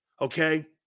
Okay